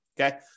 okay